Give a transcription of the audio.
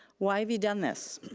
why have you done this?